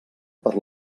per